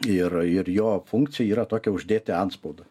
ir ir jo funkcija yra tokia uždėti antspaudą